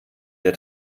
der